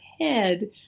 head